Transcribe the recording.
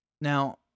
Now